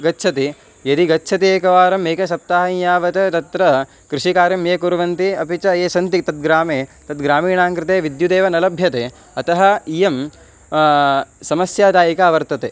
गच्छति यदि गच्छति एकवारम् एकसप्ताहं यावत् तत्र कृषिकार्यं ये कुर्वन्ति अपि च ये सन्ति तद्ग्रामे तद्ग्रामीणाङ्कृते विद्युदेव न लभ्यते अतः इयं समस्यादायिका वर्तते